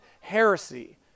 heresy